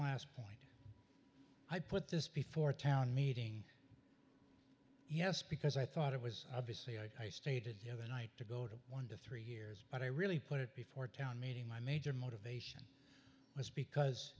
last point i put this before a town meeting yes because i thought it was obviously i stated the other night to go to one of yours but i really put it before a town meeting my major motivation was because